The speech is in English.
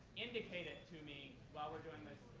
indicate it to me while we're doing this